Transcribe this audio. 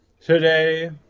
Today